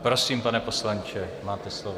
Prosím, pane poslanče, máte slovo.